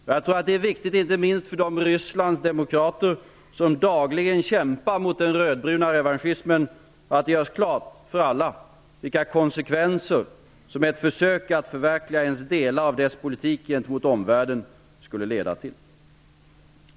Och jag tror att det är viktigt, inte minst för de Rysslands demokrater som dagligen kämpar mot den rödbruna revanschismen, att det görs klart för alla vilka konsekvenser som ett försök att förverkliga ens delar av dess politik gentemot omvärlden skulle leda till.